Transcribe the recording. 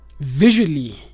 visually